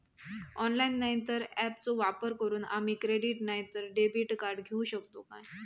Online नाय तर ऍपचो वापर करून आम्ही क्रेडिट नाय तर डेबिट कार्ड घेऊ शकतो का?